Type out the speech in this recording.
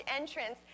entrance